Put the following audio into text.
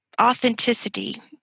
authenticity